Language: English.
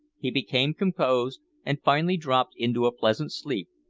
he became composed, and finally dropped into a pleasant sleep,